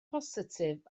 positif